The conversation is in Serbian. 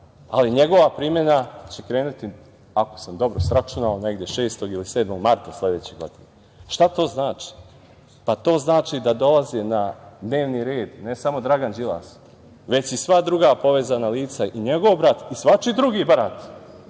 ali njegova primena će krenuti, ako sam dobro sračunao, negde 6. ili 7. marta sledeće godine. Šta to znači? Pa, to znači da dolazi na dnevni red ne samo Dragan Đilas, već i sva druga povezana lica, i njegov brat i svačiji drugi brat,